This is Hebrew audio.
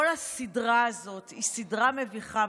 כל הסדרה הזאת היא סדרה מביכה,